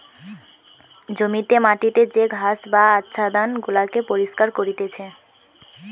জমিতে মাটিতে যে ঘাস বা আচ্ছাদন গুলাকে পরিষ্কার করতিছে